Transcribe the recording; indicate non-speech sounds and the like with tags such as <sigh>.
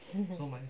<noise>